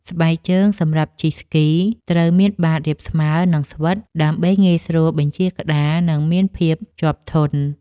ស្បែកជើងសម្រាប់ជិះស្គី ត្រូវមានបាតរាបស្មើ និងស្វិត ដើម្បីងាយស្រួលបញ្ជាក្ដារ និងមានភាពជាប់ធន់។